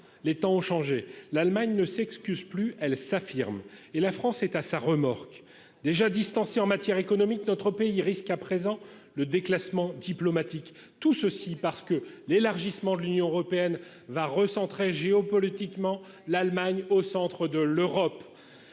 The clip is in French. les temps ont changé : l'Allemagne ne s'excusent plus, elle s'affirme et la France est à sa remorque déjà distancé en matière économique, notre pays risque à présent le déclassement diplomatique tout ceci parce que l'élargissement de l'Union Européenne va recentrer géopolitiquement l'Allemagne au centre de l'Europe